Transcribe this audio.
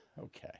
Okay